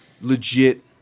legit